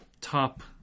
top